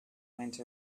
went